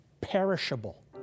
perishable